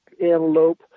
antelope